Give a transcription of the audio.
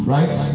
Right